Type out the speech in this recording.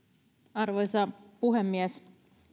arvoisa puhemies